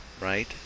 right